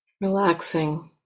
relaxing